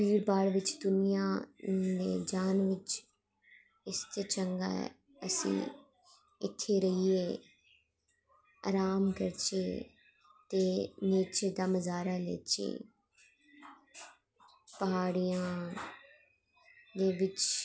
एह् भीज़ भाड़ बिच्च दुनियां दान बिच्च इस तो चंगा ऐ अस इत्तें रेहियै राम करचै ते नेचर दा नज़ारा लैच्चै प्हाड़ियां दे बिच्च